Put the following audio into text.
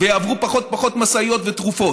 ויעברו פחות ופחות משאיות ותרופות,